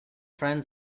friends